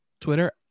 Twitter